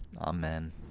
Amen